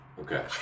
Okay